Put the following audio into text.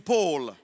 Paul